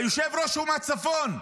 היושב-ראש הוא מהצפון,